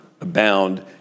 abound